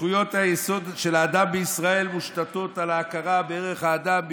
שזכויות היסוד של האדם בישראל מושתתות על ההכרה בערך האדם,